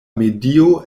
medio